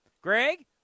Greg